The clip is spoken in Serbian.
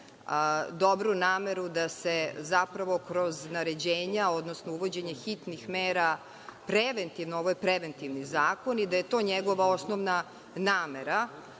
dobru nameru da se zapravo kroz naređenja, odnosno uvođenje hitnih mera preventivno, ovo je preventivni zakon i da je to njegova osnovna namena